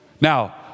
Now